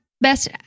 Best